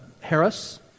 Harris